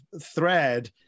thread